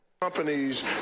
Companies